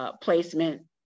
placement